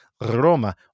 Roma